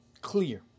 clear